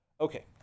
Okay